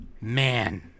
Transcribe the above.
man